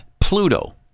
Pluto